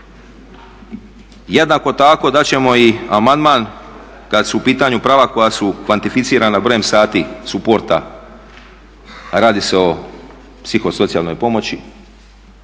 Jednako tako dat ćemo i amandman kada su u pitanju prava koja su kvantificirana brojem sati suporta, radi se o psihosocijalnoj pomoći,